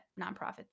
nonprofit